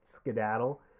skedaddle